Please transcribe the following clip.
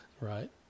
Right